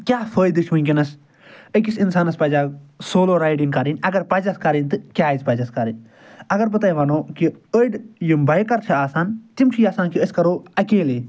کیاہ فٲیدٕ چھ وٕنکیٚنَس أکِس اِنسانَس پَزِیا سولو رایڈِنٛگ کَرٕنۍ اگر پَزیٚس کَرٕنۍ تہٕ کیاز پَزیٚس کَرٕنۍ اگر بہٕ تۄہہِ وَنو کہ أڑ یِم بایکَر چھِ آسان تِم چھِ یَژھان کہ أسۍ کرو اکیلے